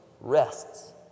rests